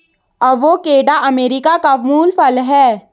avocado America का मूल फल है